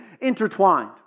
intertwined